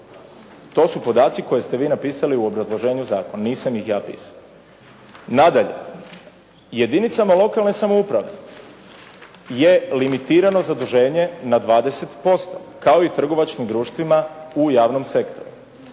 To su podaci koje ste vi napisali u obrazloženju zakona, nisam ih ja pisao. Nadalje, jedinicama lokalne samouprave je limitirano zaduženje na 20% kao i trgovačkim društvima u javnom sektoru,